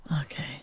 Okay